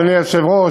אדוני היושב-ראש,